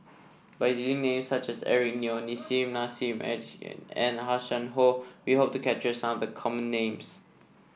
by using names such as Eric Neo Nissim Nassim Adis and Hanson Ho we hope to capture some of the common names